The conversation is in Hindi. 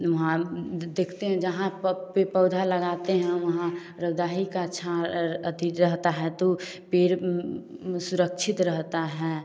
वहाँ देखते हैं जहाँ पर भी पौधा लगाते हैं वहाँ रौदा ही का छाह अति रहता है तो पेड़ सुरक्षित रहता है